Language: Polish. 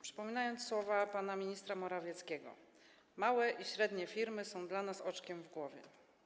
Przypomnę słowa pana ministra Morawieckiego: małe i średnie firmy są dla nas oczkiem w głowie.